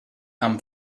amb